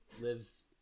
lives